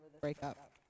breakup